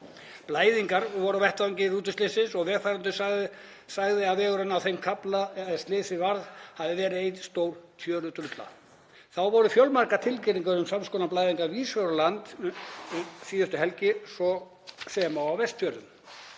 Blæðingar voru á vettvangi rútuslyssins og vegfarandi sagði að vegurinn á þeim kafla er slysið varð hafi verið ein stór tjörudrulla. Þá voru fjölmargar tilkynningar um sams konar blæðingar víðs vegar um land um síðustu helgi, svo sem á Vestfjörðum.